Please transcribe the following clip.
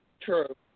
True